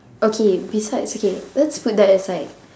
okay besides okay let's put that aside